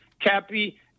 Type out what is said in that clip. Cappy